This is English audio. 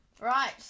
Right